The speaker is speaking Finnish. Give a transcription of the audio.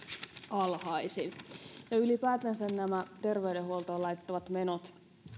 alhaisin ja ylipäätänsä nämä terveydenhuoltoon laitettavat menot